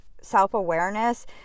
self-awareness